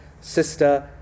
sister